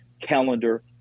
calendar